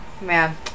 man